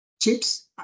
Chips